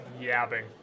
yabbing